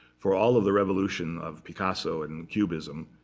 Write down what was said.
for all of the revolution of picasso and cubism,